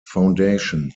foundation